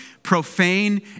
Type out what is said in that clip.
Profane